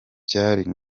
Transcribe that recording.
byari